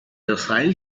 docile